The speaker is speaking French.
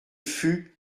fus